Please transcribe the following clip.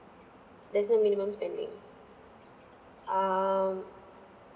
there's no minimum spending um